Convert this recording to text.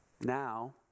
Now